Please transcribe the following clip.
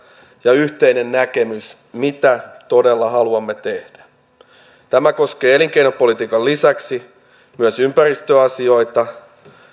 ja yhteinen näkemys mitä todella haluamme tehdä tämä koskee elinkeinopolitiikan lisäksi myös ympäristöasioita